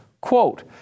Quote